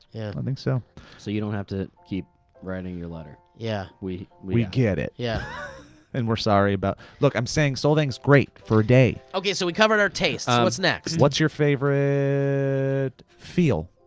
yeah. i think so. so you don't have to keep writing your letter. yeah we we get it. yeah and we're sorry about. look i'm saying solvang's great for a day. okay so we covered our tastes, what's next? what's your favorite feel?